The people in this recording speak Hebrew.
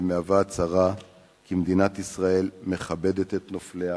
מהווה הצהרה כי מדינת ישראל מכבדת את נופליה